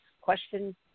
question